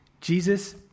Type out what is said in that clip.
Jesus